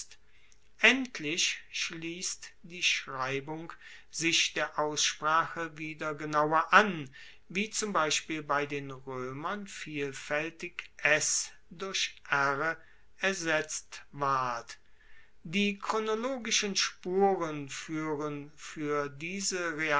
endlich schliesst die schreibung sich der aussprache wieder genauer an wie zum beispiel bei den roemern vielfaeltig s durch r ersetzt ward die chronologischen spuren fuehren fuer diese